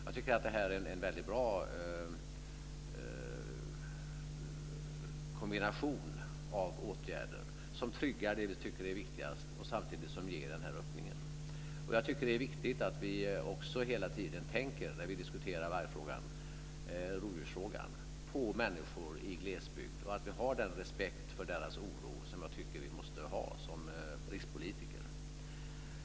Jag tycker att detta är en väldigt bra kombination av åtgärder som tryggar det som vi tycker är viktigast och samtidigt ger denna öppning. Och jag tycker att det är viktigt att vi också hela tiden när vi diskuterar vargfrågan och rovdjursfrågan tänker på människor i glesbygden och att vi har den respekt för deras oro som jag tycker att vi måste ha som rikspolitiker.